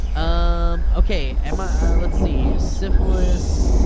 um okay um ah ah let's see, syphilis